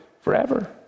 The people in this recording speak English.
forever